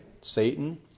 Satan